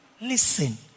Listen